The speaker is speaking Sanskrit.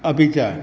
अपि च